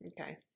Okay